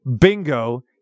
bingo